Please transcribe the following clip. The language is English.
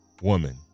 woman